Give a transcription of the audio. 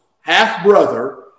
half-brother